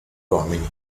uomini